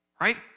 Right